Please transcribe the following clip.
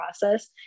process